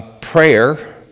Prayer